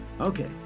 Okay